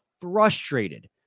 frustrated